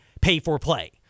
pay-for-play